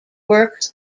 works